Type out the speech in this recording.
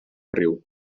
riu